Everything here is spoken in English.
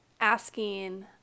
asking